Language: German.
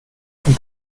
von